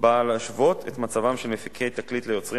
באה להשוות את מצבם של מפיקי תקליט ליוצרים